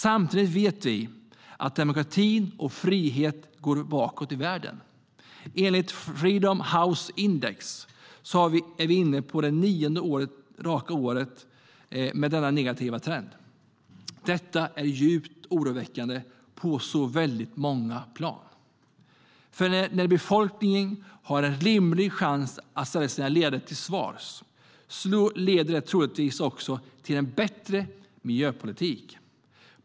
Samtidigt vet vi att demokratin och friheten går bakåt i världen. Enligt index från Freedom House är vi inne på det nionde året med denna negativa trend. Detta är djupt oroväckande på så väldigt många plan. När en befolkning har en rimlig chans att ställa sina ledare till svars leder det troligtvis också till en bättre miljöpolitik.